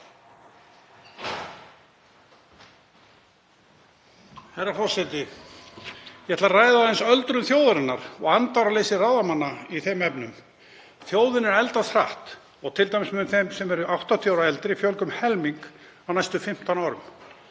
Herra forseti. Ég ætla að ræða aðeins öldrun þjóðarinnar og andvaraleysi ráðamanna í þeim efnum. Þjóðin er að eldast hratt, t.d. mun þeim sem eru 80 ára og eldri fjölga um helming á næstu 15 árum.